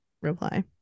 reply